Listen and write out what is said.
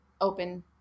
open